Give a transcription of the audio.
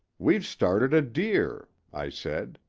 we've started a deer i said.